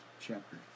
chapter